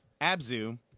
Abzu